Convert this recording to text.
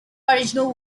original